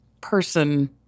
person